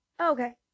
Okay